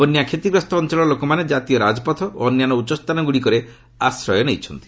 ବନ୍ୟା କ୍ଷତିଗ୍ରସ୍ତ ଅଞ୍ଚଳର ଲୋକମାନେ ଜାତୀୟ ରାଜପଥ ଓ ଅନ୍ୟାନ୍ୟ ଉଚ୍ଚସ୍ଥାନ ଗୁଡ଼ିକରେ ଆଶ୍ରୟ ନେଇଛନ୍ତି